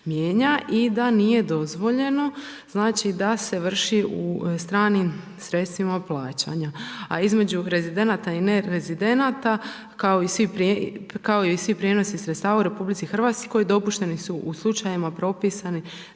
i da nije dozvoljeno, znači, da se vrši u stranim sredstvima plaćanja, a između rezidenata i ne rezidenata, kao i svi prijenosi sredstava u RH dopušteni su u slučajevima propisanim